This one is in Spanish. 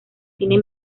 cine